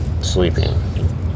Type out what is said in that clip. sleeping